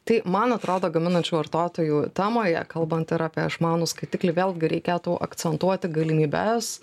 tai man atrodo gaminančių vartotojų temoje kalbant ir apie išmanų skaitiklį vėlgi reikėtų akcentuoti galimybes